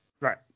Right